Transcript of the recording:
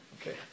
Okay